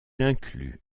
inclut